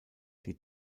die